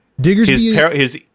Digger's